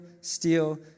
steal